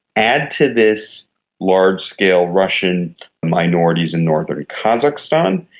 add to this large-scale russian minorities in northern kazakhstan,